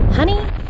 Honey